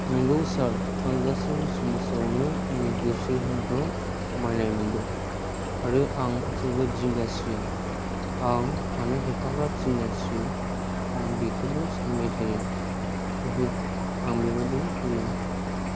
नंगौ सार आं गासैबो जिनिसआवनो आंनि गोसो होनायखौ खमायनाय मोन्दों आरो आं जोबोद जिंगासियो आं मानो एफाग्राब जिंगासियो आं बेखौबो सानबाय थायो ओहो आं बेबादि गोलोमा